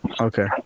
Okay